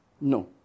no